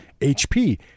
HP